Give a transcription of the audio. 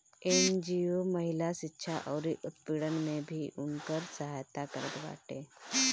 NGO महिला शिक्षा अउरी उत्पीड़न में भी उनकर सहायता करत बाटे